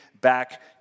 back